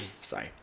sorry